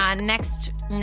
next